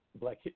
Black